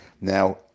Now